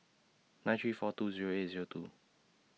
nine three four two Zero eight Zero two